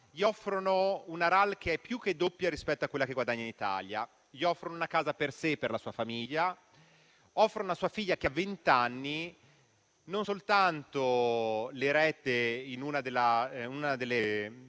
lorda che è più che doppia rispetto a quella che guadagna in Italia. Gli offrono una casa per sé e per la sua famiglia, offrono a sua figlia che ha vent'anni non soltanto il pagamento delle